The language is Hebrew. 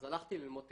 אז הלכתי ללמוד תכנות,